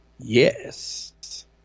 Yes